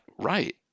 right